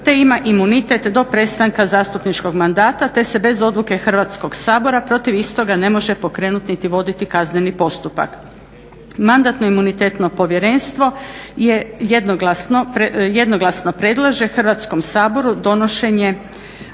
te ima imunitet do prestanka zastupničkog mandata te se bez odluke Hrvatskog sabora protiv istoga ne može pokrenut niti voditi kazneni postupak. Mandatno-imunitetno povjerenstvo jednoglasno predlaže Hrvatskom saboru donošenje